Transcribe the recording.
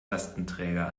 lastenträger